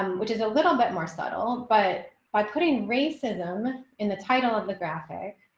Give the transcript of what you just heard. um which is a little bit more subtle, but by putting racism in the title of the graphic.